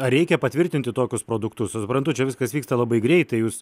ar reikia patvirtinti tokius produktus suprantu čia viskas vyksta labai greitai jūs